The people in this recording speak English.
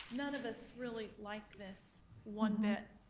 none of us really like this one bit.